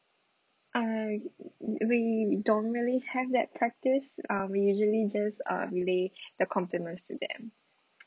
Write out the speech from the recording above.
uh we don't really have that practice uh we usually just uh relay the compliments to them